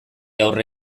aurre